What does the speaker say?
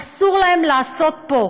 אסור להם לעשות פה.